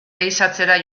ehizatzera